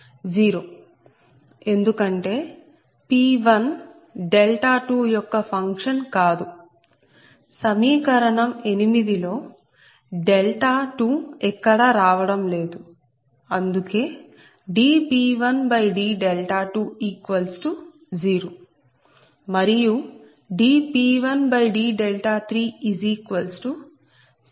0 ఎందుకంటే P1 2 యొక్క function కాదు సమీకరణం viii లో 2 ఎక్కడా రావడం లేదు అందుకే dP1d20